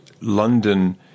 London